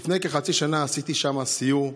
לפני כחצי שנה עשיתי שם סיור.